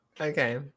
Okay